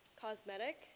cosmetic